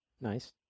Nice